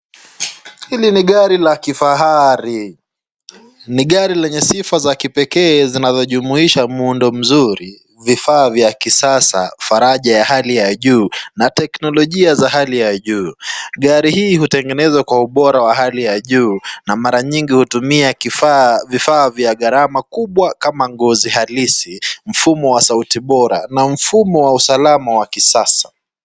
Hili ni gari la kifahari. Ni gari lenye sifa za kipekee zinazojumuisha muundo mzuri, vifaa vya kisasa, faraja ya hali ya juu na teknolojia za hali ya juu. Gari hii hutengenezwa kwa ubora wa hali ya juu, na mara nyingi hutumia vifaa vya gharama kubwa kama ngozi halisi, mfumo wa sauti bora na mfumo wa usalama wa kisasa.